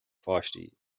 pháistí